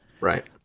Right